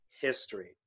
history